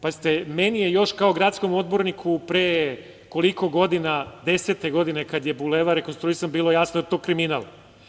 Pazite, meni je još kao gradskom odborniku pre koliko godina, 2010. godine kada je Bulevar rekonstruisan bilo jasno da je to kriminal.